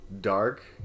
Dark